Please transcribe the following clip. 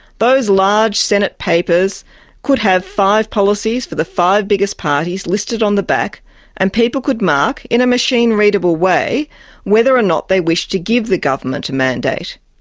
those large senate papers could have five policies for the five biggest parties listed on the back and people could mark in a machine-readable way whether or not they wished to give the government a mandate.